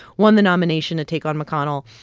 won the nomination to take on mcconnell.